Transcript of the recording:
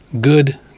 Good